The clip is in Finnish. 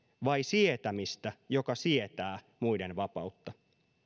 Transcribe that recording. vai sietämistä joka sietää muiden vapautta